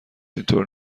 اینطور